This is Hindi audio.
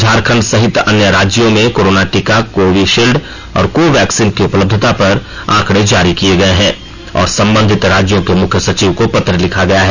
झारखंड सहित अन्य राज्यों में कोरोना टीका कोविशील्ड और को वैक्सीन की उपलब्यता पर आंकड़े जारी किए हैं और संबंधित राज्यों के मुख्य सचिव को पत्र लिखा है